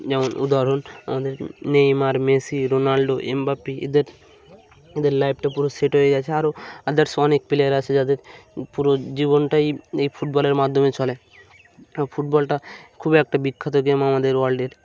যেমন উদাহরণ আমাদের নেইমার মেসি রোনাল্ডো এম বাপি এদের এদের লাইফটা পুরো সেট হয়ে গেছে আরও আদারস অনেক প্লেয়ার আছে যাদের পুরো জীবনটাই এই ফুটবলের মাধ্যমে চলে ফুটবলটা খুবই একটা বিখ্যাত গেম আমাদের ওয়ার্ল্ডের